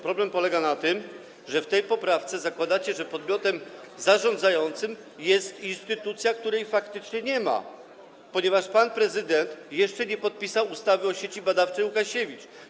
Problem polega na tym, że w tej poprawce zakładacie, że podmiotem zarządzającym jest instytucja, której faktycznie nie ma, ponieważ pan prezydent jeszcze nie podpisał ustawy o Sieci Badawczej Łukasiewicz.